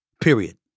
Period